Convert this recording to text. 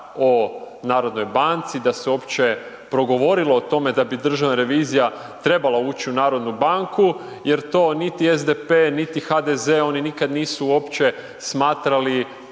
o narodnoj banci, da se uopće progovorilo o tome da bi Državna revizija trebala ući u Narodnu banku jer to niti SDP niti HDZ, oni nikad nisu uopće smatrali